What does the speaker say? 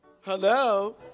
Hello